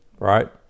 Right